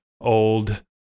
old